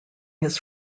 his